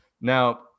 Now